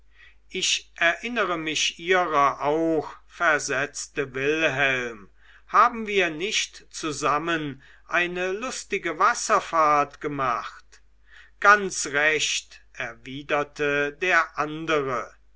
ich erinnere mich ihrer auch versetzte wilhelm haben wir nicht zusammen eine lustige wasserfahrt gemacht ganz recht erwiderte der andere